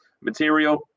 material